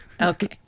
okay